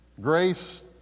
Grace